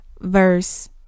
verse